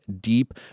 deep